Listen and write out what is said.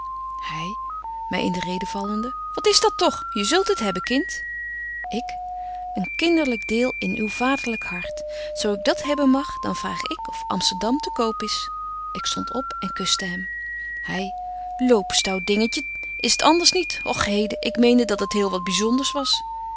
wat is dat toch je zult het hebben kind ik een kinderlyk deel in uw vaderlyk hart zo ik dat hebben mag dan vraag ik of amsterdam te koop is ik stond op en kuschte hem hy loop stout dingetje is t anders niet och heden ik meende dat het heel wat byzonders was